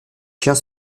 chiens